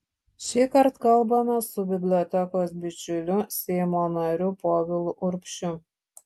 šįkart kalbamės su bibliotekos bičiuliu seimo nariu povilu urbšiu